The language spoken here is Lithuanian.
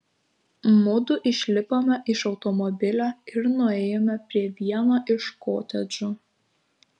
mudu išlipome iš automobilio ir nuėjome prie vieno iš kotedžų